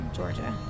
Georgia